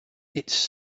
its